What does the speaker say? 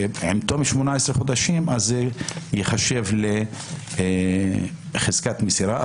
ועם תום 18 חודשים זה ייחשב לחזקת מסירה.